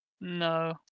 no